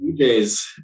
DJs